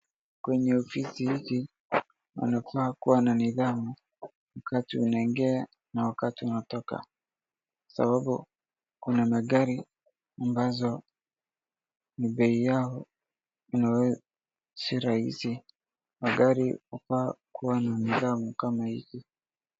Kwenye ofisi hili unafaa kuwa na nidhamu wakati unaingia na wakati unatokwa kwa sababu kuna magari ambazo bei yao si rahisi, magari hufaa kuwa na nidhamu kama hizi.